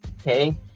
Okay